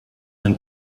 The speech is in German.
ein